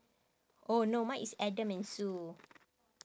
oh no mine is adam and sue